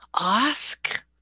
ask